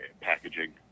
packaging